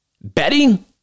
Betting